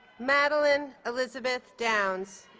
madeline elizabeth downs